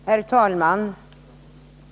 Herr talman!